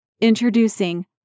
Introducing